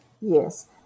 Yes